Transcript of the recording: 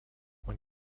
when